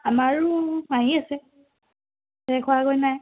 আমাৰো আছে খোৱাগৈ নাই